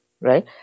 right